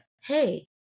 hey